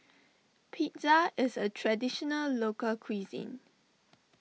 Pizza is a Traditional Local Cuisine